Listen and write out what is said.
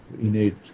innate